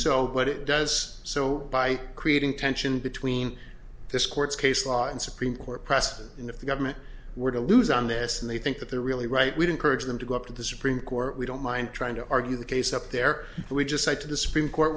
so but it does so by creating tension between this court's case law and supreme court precedent and if the government were to lose on this and they think that they're really right would encourage them to go up to the supreme court we don't mind trying to argue the case up there we just said to the supreme court